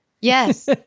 Yes